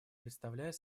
представляет